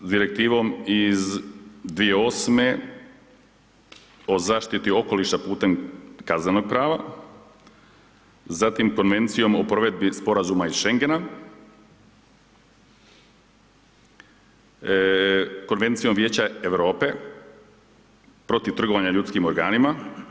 S Direktivom iz 2008. o zaštiti okoliša putem kaznenog prava, zatim Konvencijom o provedbi sporazuma iz Šengena, Konvencijom Vijeća Europe protiv trgovanja ljudskim organima.